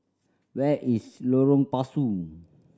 where is Lorong Pasu